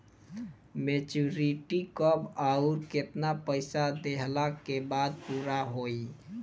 Maturity कब आउर केतना पईसा देहला के बाद पूरा होई?